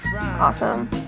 Awesome